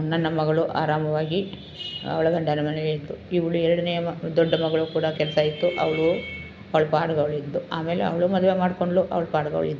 ನನ್ನ ಮಗಳು ಆರಾಮವಾಗಿ ಅವಳ ಗಂಡನ ಮನೆಯಲ್ಲಿದ್ಳು ಇವಳು ಎರಡನೇ ಮಗ ದೊಡ್ಡ ಮಗಳೂ ಕೂಡ ಕೆಲಸ ಇತ್ತು ಅವಳು ಅವ್ಳ ಪಾಡಿಗೆ ಅವ್ಳಿದ್ಳು ಆಮೇಲೆ ಅವಳೂ ಮದುವೆ ಮಾಡ್ಕೊಂಡಳು ಅವ್ಳ ಪಾಡಿಗೆ ಅವ್ಳಿದ್ಳು